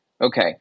okay